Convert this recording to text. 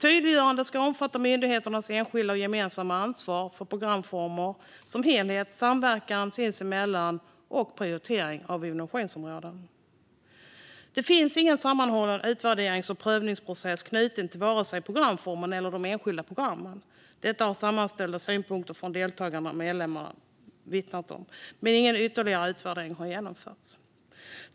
Tydliggörandena ska omfatta myndigheternas enskilda och gemensamma ansvar för programformen som helhet, samverkan sinsemellan och prioritering av innovationsområden. Det finns ingen sammanhållen utvärderings och prövningsprocess knuten till vare sig programformen eller de enskilda programmen. Det har sammanställts synpunkter från deltagande medlemmar, men ingen ytterligare utvärdering har genomförts.